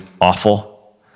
awful